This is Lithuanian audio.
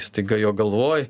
staiga jo galvoj